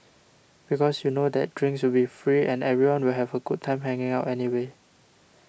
because you know that drinks will be free and everyone will have a good time hanging out anyway